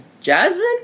Jasmine